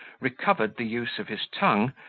recovered the use of his tongue,